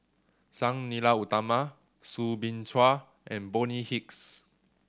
Sang Nila Utama Soo Bin Chua and Bonny Hicks